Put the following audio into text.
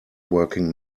working